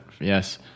Yes